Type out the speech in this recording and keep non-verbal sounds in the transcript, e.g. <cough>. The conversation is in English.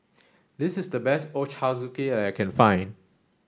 this is the best Ochazuke <unintelligible> I can find